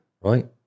right